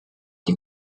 die